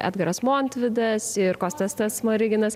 edgaras montvidas ir kostastas smoriginas